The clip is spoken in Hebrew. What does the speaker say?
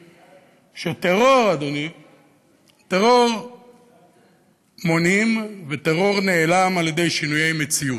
שטרור מונעים וטרור נעלם על-ידי שינויי מציאות,